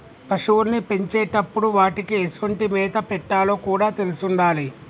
పశువుల్ని పెంచేటప్పుడు వాటికీ ఎసొంటి మేత పెట్టాలో కూడా తెలిసుండాలి